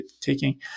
taking